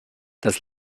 das